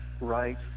Right